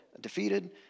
defeated